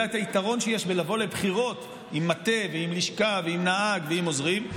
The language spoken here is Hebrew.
את היתרון שיש בלבוא לבחירות עם מטה ועם לשכה ועם נהג ועם עוזרים.